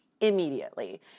immediately